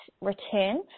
return